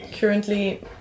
currently